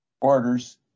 orders